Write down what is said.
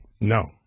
No